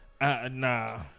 Nah